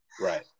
Right